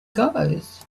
goes